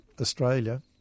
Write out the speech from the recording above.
Australia